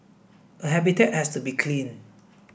a habitat has to be clean